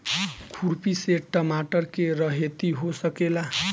खुरपी से टमाटर के रहेती हो सकेला?